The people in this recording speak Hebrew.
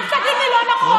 אל תגיד לי לא נכון.